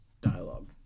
dialogue